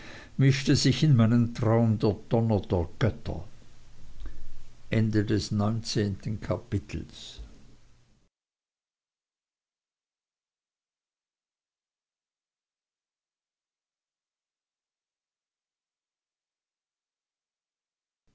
mischte sich in meinen traum der donner der götter